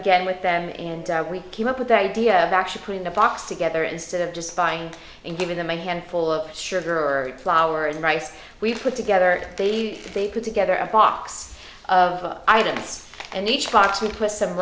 again with them and we came up with the idea of actually putting the box together instead of just buying and giving them a hand full of sugar or flowers and rice we put together they put together a box of items and each box we put some